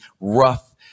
rough